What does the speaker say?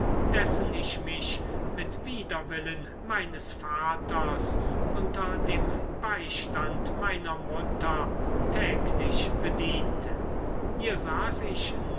dessen ich mich mit widerwillen meines vaters unter dem beistand meiner mutter täglich bediente hier saß ich